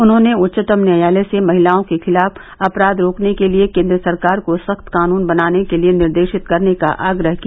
उन्होंने उच्चतम न्यायालय से महिलाओं के खिलाफ अपराध रोकने के लिये केंद्र सरकार को सख्त कानून बनाने के लिये निर्देशित करने का आग्रह किया